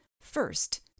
First